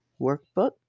workbook